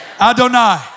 Adonai